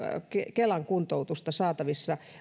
kelan kuntoutusta saatavissa